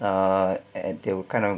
ah and they were kind of